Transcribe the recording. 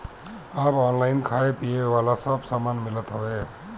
अब ऑनलाइन सब खाए पिए वाला सामान मिलत हवे